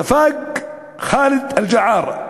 ספג ח'אלד אל-ג'עאר,